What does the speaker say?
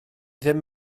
ddim